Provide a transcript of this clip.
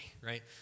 right